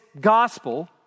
gospel